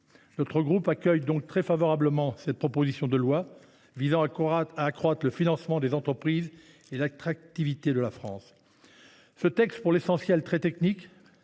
notre groupe accueillent très favorablement cette proposition de loi visant à accroître le financement des entreprises et l’attractivité de la France. Pour l’essentiel très technique,